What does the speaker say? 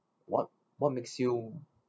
what what makes you